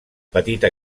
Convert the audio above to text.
petita